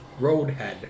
Roadhead